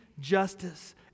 Justice